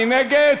מי נגד?